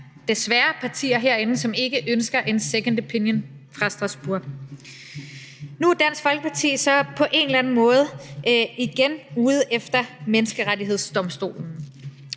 desværre, er partier herinde, som ikke ønsker en second opinion fra Strasbourg. Nu er Dansk Folkeparti på en eller anden måde igen ude efter Menneskerettighedsdomstolen.